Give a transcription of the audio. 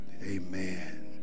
Amen